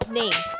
name